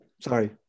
Sorry